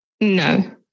No